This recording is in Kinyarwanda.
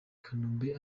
kanombe